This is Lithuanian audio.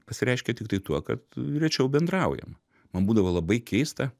pasireiškia tiktai tuo kad rečiau bendraujam man būdavo labai keista